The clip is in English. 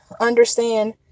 understand